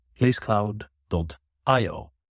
placecloud.io